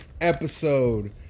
episode